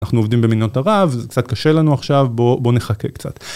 אנחנו עובדים במדינות ערב, זה קצת קשה לנו עכשיו, בואו נחכה קצת.